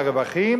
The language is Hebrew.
מהרווחים